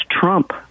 Trump